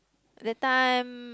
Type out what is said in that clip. that time